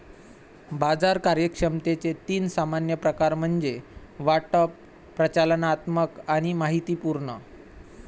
बाजार कार्यक्षमतेचे तीन सामान्य प्रकार म्हणजे वाटप, प्रचालनात्मक आणि माहितीपूर्ण